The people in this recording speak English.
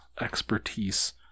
expertise